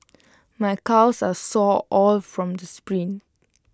my calves are sore all from the sprints